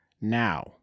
now